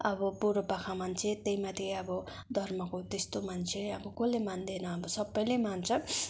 अब बुरोपाखा मान्छे त्यही माथि अब धर्मको त्यस्तो मान्छे अबकोले मान्दैन सबैले मान्छ